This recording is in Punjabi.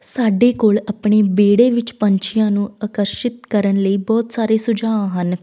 ਸਾਡੇ ਕੋਲ ਆਪਣੀ ਵਿਹੜੇ ਵਿੱਚ ਪੰਛੀਆਂ ਨੂੰ ਆਕਰਸ਼ਿਤ ਕਰਨ ਲਈ ਬਹੁਤ ਸਾਰੇ ਸੁਝਾਅ ਹਨ